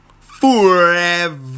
Forever